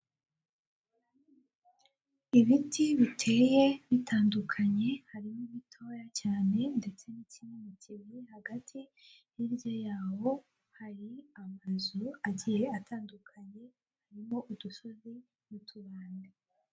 Ibiti biteye bitandukanye, harimo ibitoya cyane, ndetse n'ikinini kiri hagati, hirya yaho hari amazu agiye atandukanye, harimo udusozi n'utubande.